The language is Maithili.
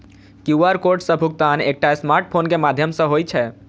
क्यू.आर कोड सं भुगतान एकटा स्मार्टफोन के माध्यम सं होइ छै